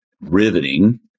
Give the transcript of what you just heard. riveting